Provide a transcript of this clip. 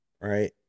right